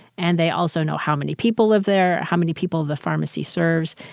and they also know how many people live there, how many people the pharmacy serves,